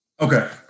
Okay